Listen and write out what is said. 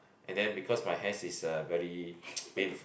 and then because my hands is uh very pain